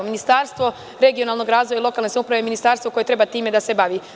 Ministarstvo regionalnog razvoja i lokalne samouprave je ministarstvo koje treba da se bavi.